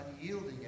unyielding